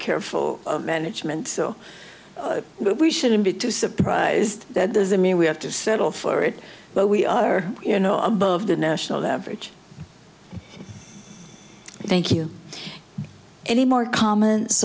careful management so we shouldn't be too surprised that there's i mean we have to settle for it but we are you know above the national average thank you any more comments